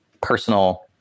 personal